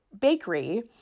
bakery